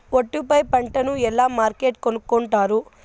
ఒట్టు పై పంటను ఎలా మార్కెట్ కొనుక్కొంటారు?